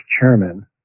chairman